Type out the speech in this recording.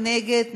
מי נגד?